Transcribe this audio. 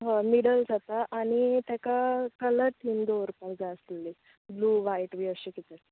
होय मिडल जाता आनी तेका कलर थिम दोवरपाक जाय आसली ब्लू व्हायट बी अशें कितें